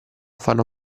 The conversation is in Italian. fanno